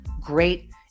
great